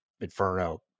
Inferno